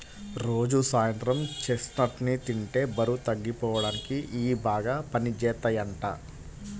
రోజూ సాయంత్రం చెస్ట్నట్స్ ని తింటే బరువు తగ్గిపోడానికి ఇయ్యి బాగా పనిజేత్తయ్యంట